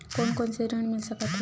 कोन कोन से ऋण मिल सकत हे?